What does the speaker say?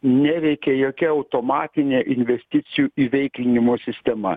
neveikia jokia automatinė investicijų įveiklinimo sistema